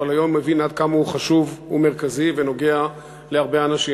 אבל היום מבין עד כמה הוא חשוב ומרכזי ונוגע להרבה אנשים,